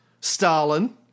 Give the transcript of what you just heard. Stalin